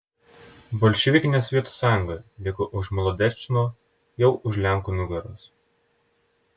bolševikinė sovietų sąjunga liko už molodečno jau už lenkų nugaros